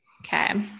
Okay